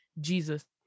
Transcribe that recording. Jesus